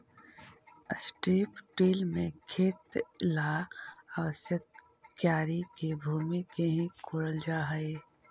strip till में खेत ला आवश्यक क्यारी के भूमि के ही कोड़ल जा हई